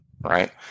Right